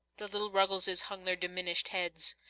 the little ruggleses hung their diminished heads.